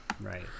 Right